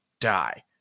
die